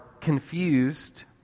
confused